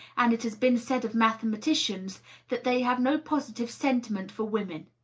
and it has been said of mathematicians that they have no positive sen timent for women.